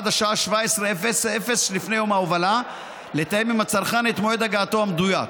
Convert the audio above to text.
ועד השעה 17:00 שלפני יום ההובלה לתאם עם הצרכן את מועד הגעתו המדויק.